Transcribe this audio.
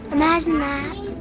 imagine that.